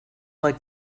like